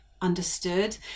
understood